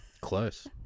Close